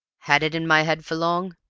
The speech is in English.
had it in my head for long?